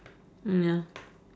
mm ya